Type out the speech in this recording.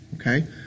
okay